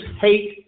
hate